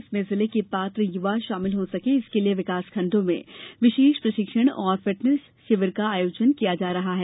इसमें जिले के पात्र युवा शामिल हो सके इसके लिए विकासखण्डों में विशेष प्रशिक्षण और फिटनेस शिविर का आयोजन किया जा रहा है